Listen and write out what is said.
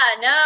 no